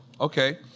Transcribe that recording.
okay